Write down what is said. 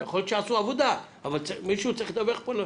יכול להיות שעשו עבודה, אבל מישהו צריך לדווח פה.